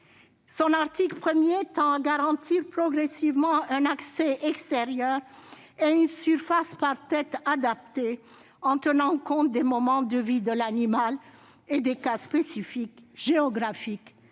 Son article 1 tend à garantir progressivement, d'ici à 2040, un accès extérieur et une surface par tête adaptés, en tenant compte des moments de vie de l'animal et des cas spécifiques, géographiques